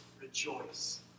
rejoice